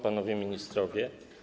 Panowie Ministrowie!